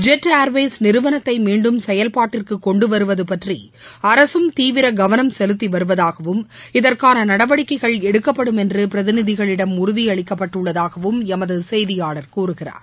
jet Airways நிறுவனத்தை மீண்டும் செயல்பாட்டிற்கு கொண்டுவருவது பற்றி அரசும் தீவிர கவனம் எடுக்கப்படும் செலுத்தி வருவதாகவும் இதற்கான நடவடிக்கைகள் பிரதிநிதிகளிடம் உறுதியளிக்கப்பட்டுள்ளதாகவும் எமது செய்தியாளர் கூறுகிறார்